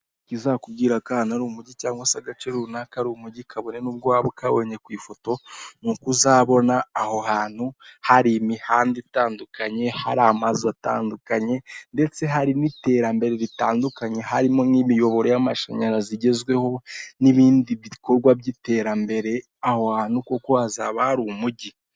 Ikizakubwira ko ahantu ari Umujyi cyangwa se agace runaka ari Umujyi kabone nubwo waba ukabonye ku ifoto, ni uko uzabona aho hantu hari imihanda itandukanye, hari amazu atandukanye, ndetse hari n'iterambere ritandukanye, harimo nk'imiyoboro y'amashanyarazi igezweho, n'ibindi bikorwa by'iterambere, aho hantu koko hazaba hari Umujyi.